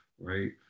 right